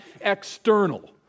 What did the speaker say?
external